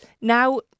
Now